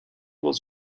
dans